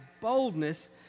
boldness